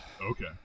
Okay